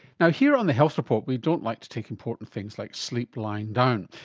now, here on the health report we don't like to take important things like sleep lying down.